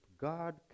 God